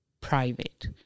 private